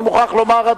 אני מוכרח לומר,